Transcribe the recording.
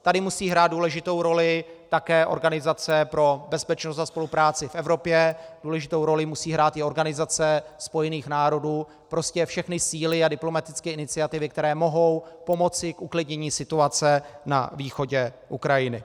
Tady musí hrát důležitou roli také Organizace pro bezpečnost a spolupráci v Evropě, důležitou roli musí hrát i Organizace spojených národů, prostě všechny síly a diplomatické iniciativy, které mohou pomoci k uklidnění situace na východě Ukrajiny.